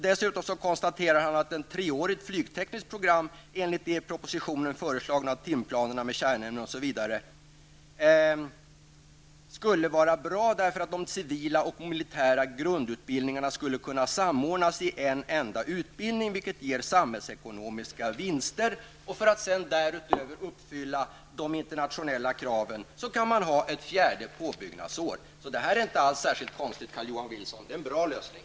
Dessutom konstaterade skolchefen att ett treårigt flygtekniskt program enligt de i propositionen föreslagna timplanerna skulle vara bra, eftersom de civila och militära grundutbildningarna skulle kunna samordnas i en enda utbildning, vilket ger samhällsekonomiska vinster. För att sedan därutöver uppfylla de internationella kraven kan man ha ett fjärde påbyggnadsår. Det här är inte alls särskilt konstigt, Carl-Johan Wilson. Det är en bra lösning.